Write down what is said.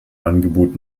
angebot